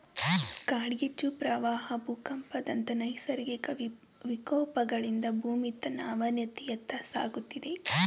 ಕಾಡ್ಗಿಚ್ಚು, ಪ್ರವಾಹ ಭೂಕಂಪದಂತ ನೈಸರ್ಗಿಕ ವಿಕೋಪಗಳಿಂದ ಭೂಮಿ ತನ್ನ ಅವನತಿಯತ್ತ ಸಾಗುತ್ತಿದೆ